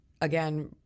again